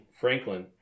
Franklin